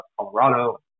Colorado